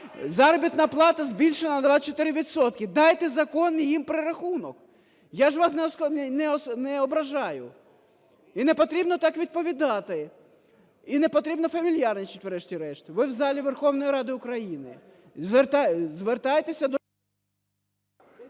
заробітна плата збільшена на 24 відсотки. Дайте законний їм перерахунок, я ж вас не ображаю. І не потрібно так відповідати, і не потрібно фамільярничати, врешті-решт, ви у залі Верховної Ради України, звертайтеся…